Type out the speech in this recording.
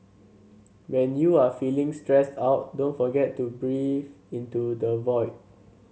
when you are feeling stressed out don't forget to breathe into the void